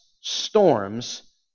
storms